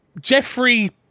Jeffrey